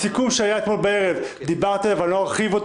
הסיכום שהיה אתמול בערב, דיברתי עליו ולא ארחיב.